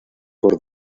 por